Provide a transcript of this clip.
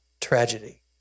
tragedy